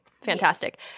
Fantastic